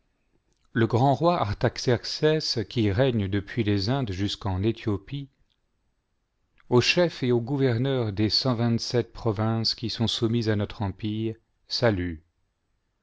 le grand roi artaxercès qui règm depuis les indes jusqu'en ethiopie aux princes et aux gouverneurs des cent vingt-sept provinces qui sont soumises à son empire salut